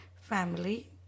family